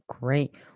great